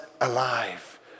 alive